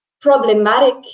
problematic